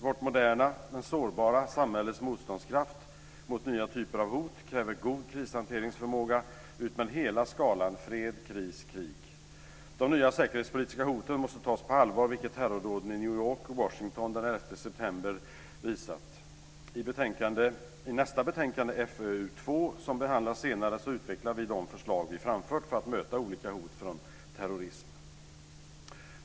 Vårt moderna men sårbara samhälles motståndskraft mot nya typer av hot kräver god krishanteringsförmåga utmed hela skalan fred, kris och krig. De nya säkerhetspolitiska hoten måste tas på allvar, vilket terrordåden i New York och Washington den 11 september har visat. I betänkande FöU2 som behandlas senare i dag utvecklar vi de förslag som vi framfört för att möta olika hot från terrorism.